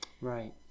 Right